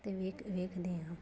ਅਤੇ ਵੇ ਵੇਖਦੇ ਹਾਂ